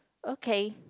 okay